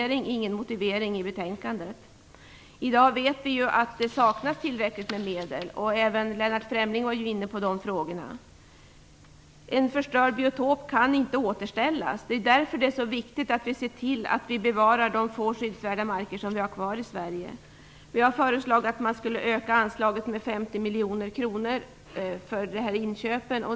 Det finns ingen motivering i betänkandet. I dag vet vi att det saknas tillräckligt med medel. Även Lennart Fremling var inne på de frågorna. Det är därför det är så viktigt att vi ser till att vi bevarar de få skyddsvärda marker som vi har kvar i Sverige.